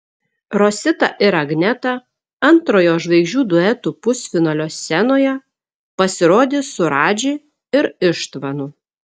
rosita ir agneta antrojo žvaigždžių duetų pusfinalio scenoje pasirodys su radži ir ištvanu